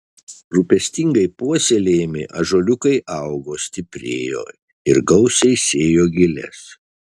rūpestingai puoselėjami ąžuoliukai augo stiprėjo ir gausiai sėjo giles